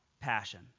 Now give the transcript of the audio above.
passion